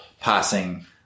passing